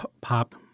pop